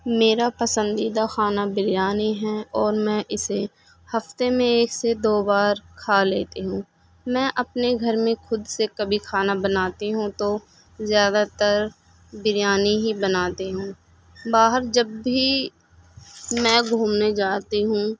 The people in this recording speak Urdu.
میرا پسندیدہ کھانا بریانی ہے اور میں اسے ہفتے میں ایک سے دو بار کھا لیتی ہوں میں اپنے گھر میں خود سے کبھی کھانا بناتی ہوں تو زیادہ تر بریانی ہی بناتی ہوں باہر جب بھی میں گھومنے جاتی ہوں